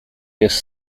jest